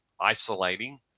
isolating